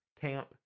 camp